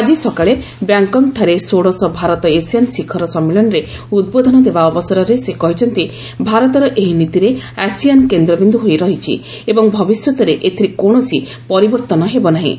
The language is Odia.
ଆଜି ସକାଳେ ବ୍ୟାଙ୍ଗ୍କକ୍ଠାରେ ଷୋଡଶ ଭାରତ ଆସିଆନ୍ ଶିଖର ସମ୍ମିଳନୀରେ ଉଦ୍ବୋଧନ ଦେବା ଅବସରରେ ସେ କହିଛନ୍ତି ଭାରତର ଏହି ନୀତିରେ ଆସିଆନ୍ କେନ୍ଦ୍ରବିନ୍ଦ ହୋଇ ରହିଛି ଏବଂ ଭବିଷ୍ୟତରେ ଏଥିରେ କୌଣସି ପରିବର୍ତ୍ତନ ହେବ ନାହିଁ